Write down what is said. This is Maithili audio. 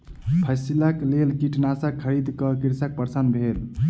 फसिलक लेल कीटनाशक खरीद क कृषक प्रसन्न भेल